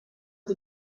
the